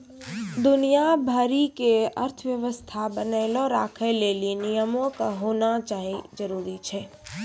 दुनिया भरि के अर्थव्यवस्था बनैलो राखै लेली नियमो के होनाए जरुरी छै